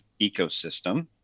ecosystem